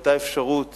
היתה אפשרות